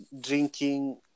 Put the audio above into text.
drinking